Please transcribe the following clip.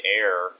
air